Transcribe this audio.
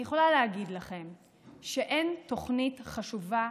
אני יכולה להגיד לכם שאין תוכנית חשובה,